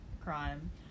crime